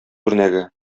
үрнәге